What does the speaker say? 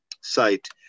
site